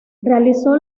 realizó